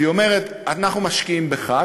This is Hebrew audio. והיא אומרת: אנחנו משקיעים בך,